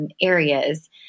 Areas